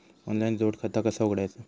Online जोड खाता कसा उघडायचा?